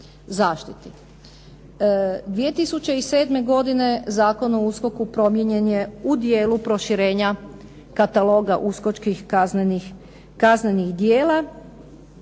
2007. godine Zakon o USKOK-u promijenjen je u dijelu proširenja kataloga uskočkih kaznenih djela.